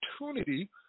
opportunity